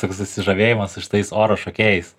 toks susižavėjimas su šitais oro šokiais